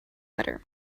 better